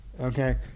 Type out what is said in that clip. Okay